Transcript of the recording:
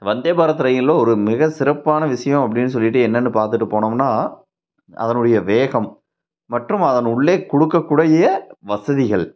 வந்தே பாரத் ரயிலும் ஒரு மிக சிறப்பான விஷயோம் அப்படின்னு சொல்லிட்டு என்னென்னு பார்த்துட்டு போனோம்ன்னா அதனுடைய வேகம் மற்றும் அதன் உள்ளே கொடுக்க கூடிய வசதிகள்